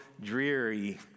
dreary